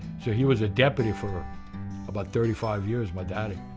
so, he was a deputy for about thirty five years, my daddy,